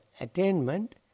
attainment